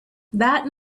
that